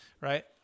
right